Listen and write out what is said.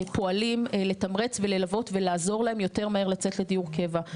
פועלים לתמרץ וללוות ולעזור להם יותר מהר לצאת לדיור קבע.